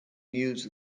news